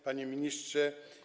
Panie Ministrze!